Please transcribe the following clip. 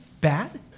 bad